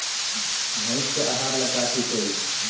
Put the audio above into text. भइस के आहार ला का ठिक होई?